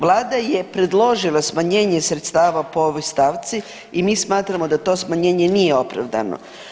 Vlada je predložila smanjenje sredstava po ovoj stavci i mi smatramo da to smanjenje nije opravdano.